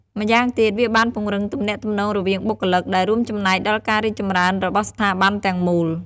ម្យ៉ាងទៀត វាបានពង្រឹងទំនាក់ទំនងរវាងបុគ្គលិក ដែលរួមចំណែកដល់ការរីកចម្រើនរបស់ស្ថាប័នទាំងមូល។